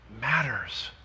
matters